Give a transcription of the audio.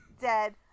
dead